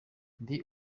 ndi